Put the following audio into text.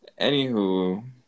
Anywho